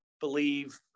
believe